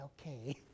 okay